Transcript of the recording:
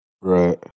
Right